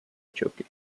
choque